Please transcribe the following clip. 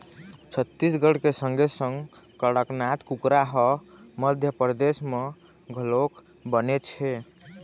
छत्तीसगढ़ के संगे संग कड़कनाथ कुकरा ह मध्यपरदेस म घलोक बनेच हे